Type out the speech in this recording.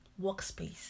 workspace